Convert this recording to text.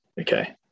Okay